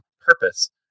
purpose